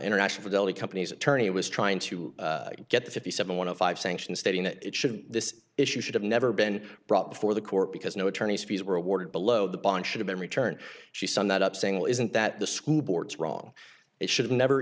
international deli company's attorney was trying to get the fifty seven one of five sanctions stating that it shouldn't this issue should have never been brought before the court because no attorney's fees were awarded below the bond should have been returned she summed that up saying well isn't that the school board's wrong it should never